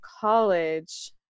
college